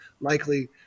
likely